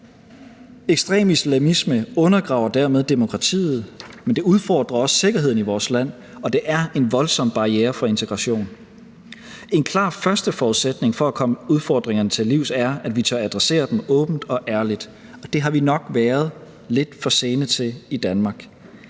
Ekstrem islamisme undergraver dermed demokratiet, men det udfordrer også sikkerheden i vores land, og det er en voldsom barriere for integration. Kl. 15:47 En klar første forudsætning for at komme udfordringerne til livs er, at vi tør adressere dem åbent og ærligt, og det har vi nok været lidt for sene til i Danmark,